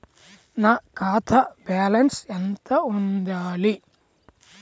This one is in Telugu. నా ఖాతా బ్యాలెన్స్ ఎంత ఉండాలి?